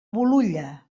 bolulla